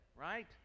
right